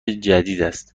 جدیداست